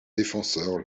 défenseurs